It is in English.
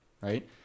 right